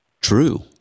true